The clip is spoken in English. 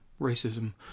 racism